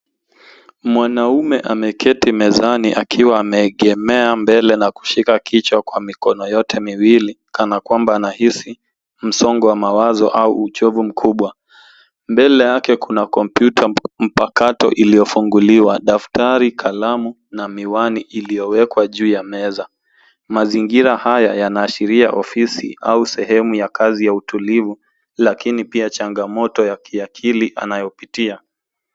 Mwanamume ameketi mezani akiwa ameegemea mbele na kushika kichwa kwa mikono yote miwili kana kwamba ana hisi msongo wa mawazo au uchovu mkubwa. Mbele yake kuna kompyuta mpakato iliyofunguliwa, daftari, kalamu na miwani iliyowekwa juu ya meza. Mazingira haya yanaashiria ofisi au sehemu ya kazi ya utulivu lakini pia changamoto ya kiakili anayopitia.